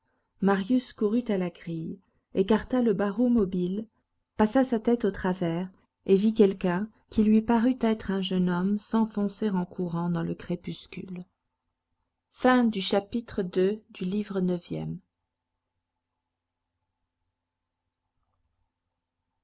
marius courut à la grille écarta le barreau mobile passa sa tête au travers et vit quelqu'un qui lui parut être un jeune homme s'enfoncer en courant dans le crépuscule chapitre iii